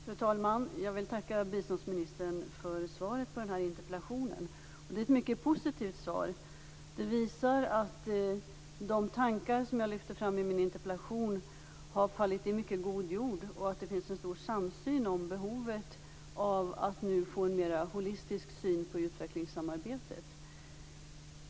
Fru talman! Jag vill tacka biståndsministern för svaret på den här interpellationen. Det är ett mycket positivt svar. Det visar att de tankar som jag lyfte fram i min interpellation har fallit i mycket god jord och att det finns en stor samsyn om behovet av att nu få en mera holistisk syn på utvecklingssamarbetet.